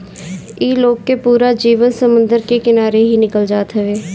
इ लोग के पूरा जीवन समुंदर के किनारे ही निकल जात हवे